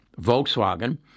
Volkswagen